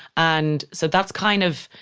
and so that's kind of,